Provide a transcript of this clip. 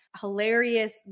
hilarious